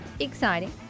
Exciting